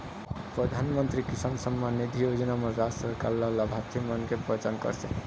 परधानमंतरी किसान सम्मान निधि योजना म राज सरकार ल लाभार्थी मन के पहचान करथे